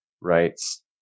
writes